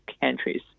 countries